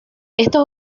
estos